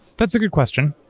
that's a good question.